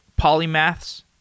polymaths